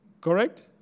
Correct